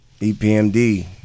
EPMD